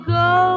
go